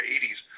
80s